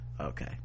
Okay